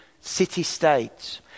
city-states